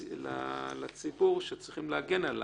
נזק לציבור וצריכים להגן עליו.